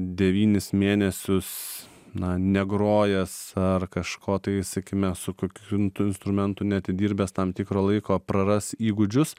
devynis mėnesius na negrojęs ar kažko tai sakime su kokiu tu instrumentu neatidirbęs tam tikro laiko praras įgūdžius